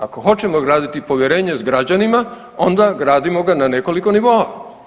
Ako hoćemo graditi povjerenje sa građanima onda gradimo ga na nekoliko nivoa.